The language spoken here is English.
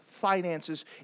finances